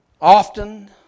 Often